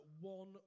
one